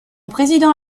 président